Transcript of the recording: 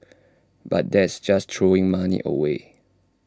but that's just throwing money away